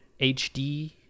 hd